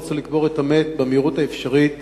ורצו לקבור את המת במהירות האפשרית.